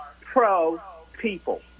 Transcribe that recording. pro-people